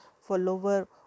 follower